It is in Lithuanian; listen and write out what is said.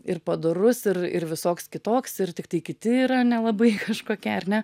ir padorus ir ir visoks kitoks ir tiktai kiti yra nelabai kažkokie ar ne